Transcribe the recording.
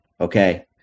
Okay